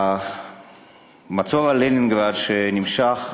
המצור על לנינגרד, שנמשך